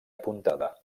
apuntada